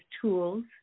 tools